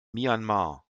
myanmar